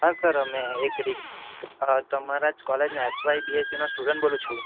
હા સર મેં એક રિક્ તમારા જ કોલેજનો એફ વાય બીએસસી નો સ્ટુડન્ટ બોલું છું